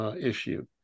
Issue